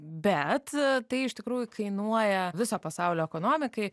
bet tai iš tikrųjų kainuoja viso pasaulio ekonomikai